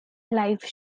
live